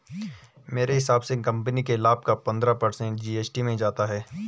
मेरे हिसाब से कंपनी के लाभ का पंद्रह पर्सेंट जी.एस.टी में जाता है